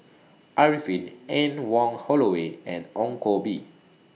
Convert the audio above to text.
Arifin Anne Wong Holloway and Ong Koh Bee